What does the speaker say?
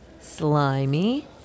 slimy